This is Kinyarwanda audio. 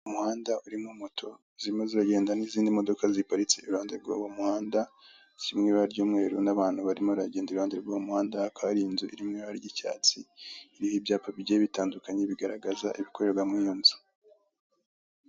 Umuhanda urimo moto zirimo ziragenda n'izindi modoka ziparitse iruhande rw'uwo muhanda ziri mu ibara ry'umweru n'abantu barimo bagenda iruhande rw'umuhanda kuko hari inzu irimo irange ry'icyatsi iriho ibyapa bigenda bitandukanye bigaragaza ibikorerwa muri iyo nzu.